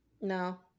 No